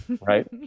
right